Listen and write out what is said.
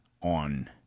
on